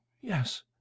yes